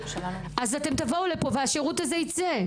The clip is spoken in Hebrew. תבואו לפה והשירות הזה ייצא.